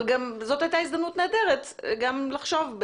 אבל זאת הייתה הזדמנות נהדרת גם לחשוב,